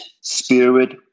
spirit